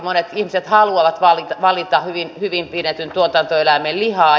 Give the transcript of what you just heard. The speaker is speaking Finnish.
monet ihmiset haluavat valita hyvin pidetyn tuotantoeläimen lihaa